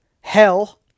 hell